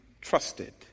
trusted